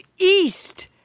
east